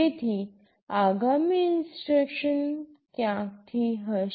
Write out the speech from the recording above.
તેથી આગામી ઇન્સ્ટ્રક્શન ક્યાંકથી હશે